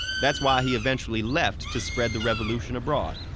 that's why he eventually left to spread the revolution abroad.